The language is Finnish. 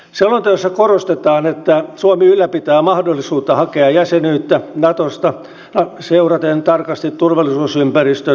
selonteossa korostetaan että suomi ylläpitää mahdollisuutta hakea jäsenyyttä natosta seuraten tarkasti turvallisuusympäristön muutosta